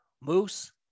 moose